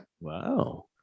wow